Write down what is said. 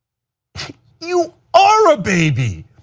you are a baby.